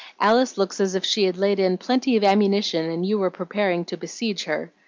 alice looks as if she had laid in plenty of ammunition, and you were preparing to besiege her.